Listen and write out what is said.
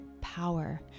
power